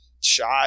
shot